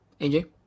AJ